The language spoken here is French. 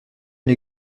les